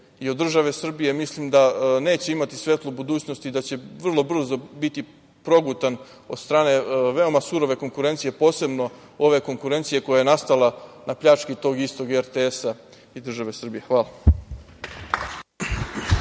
i od države Srbije, mislim da neće imati svetlu budućnost i da će vrlo brzo biti progutan od strane veoma surove konkurencije, posebno ove konkurencije koja je nastala na pljački tog istog RTS i države Srbije. Hvala.